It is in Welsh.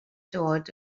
dod